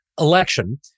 election